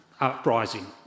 uprising